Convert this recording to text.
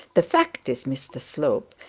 the fact is, mr slope,